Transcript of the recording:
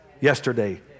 yesterday